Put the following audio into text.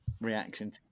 reaction